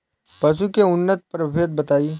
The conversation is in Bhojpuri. पशु के उन्नत प्रभेद बताई?